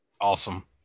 Awesome